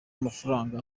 amafaranga